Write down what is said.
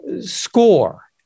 score